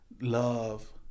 love